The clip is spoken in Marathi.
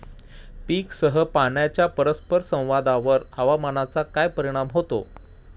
पीकसह पाण्याच्या परस्पर संवादावर हवामानाचा काय परिणाम होतो?